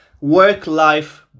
work-life